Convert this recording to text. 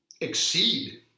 exceed